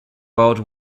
world